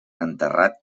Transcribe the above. enterrat